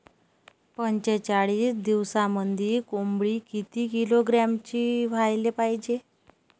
पंचेचाळीस दिवसामंदी कोंबडी किती किलोग्रॅमची व्हायले पाहीजे?